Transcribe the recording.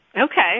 Okay